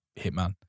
hitman